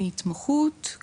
בהתמחות,